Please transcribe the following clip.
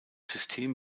system